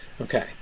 Okay